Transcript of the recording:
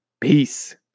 Peace